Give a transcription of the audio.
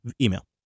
email